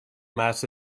mass